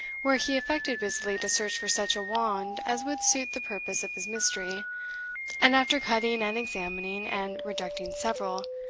where he affected busily to search for such a wand as would suit the purpose of his mystery and after cutting and examining, and rejecting several,